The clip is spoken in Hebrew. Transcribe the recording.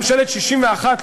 ממשלת 61,